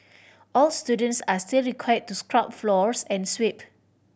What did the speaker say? all students are still required to scrub floors and sweep